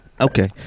Okay